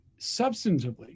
substantively